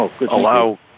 allow